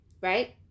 right